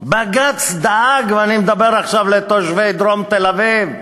בג"ץ דאג, ואני מדבר עכשיו אל תושבי דרום תל-אביב: